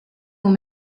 hoe